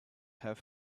have